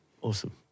Awesome